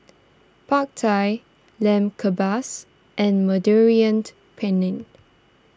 Pad Thai Lamb Kebabs and Mediterranean Penne